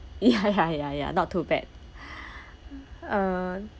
ya ya ya ya not too bad uh